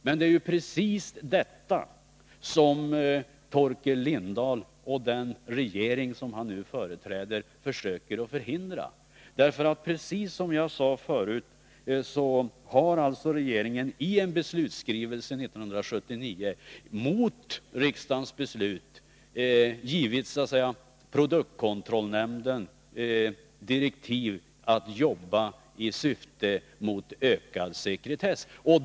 Men det är detta som Torkel Lindahl och den regering han företräder försöker förhindra. Som jag sade förut har regeringen i en beslutsskrivelse 1979 mot riksdagens beslut givit produktkontrollnämnden direktiv att arbeta i riktning mot ökad sekretess.